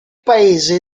paese